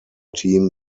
team